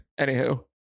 anywho